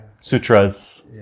Sutras